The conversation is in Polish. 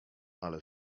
ale